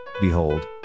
behold